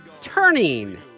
turning